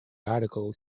article